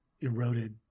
eroded